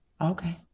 Okay